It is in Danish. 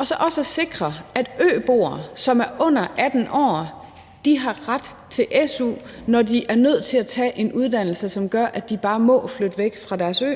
at sikre, at øboere, som er under 18 år, har ret til SU, når de er nødt til at tage en uddannelse, som gør, at de bare må flytte væk fra deres ø;